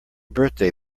birthday